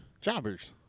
Jobbers